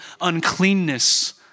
uncleanness